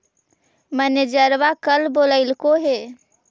मैनेजरवा कल बोलैलके है?